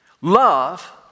Love